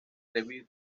review